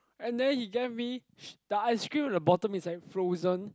and then he gave me the ice cream at the bottom is like frozen